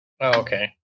okay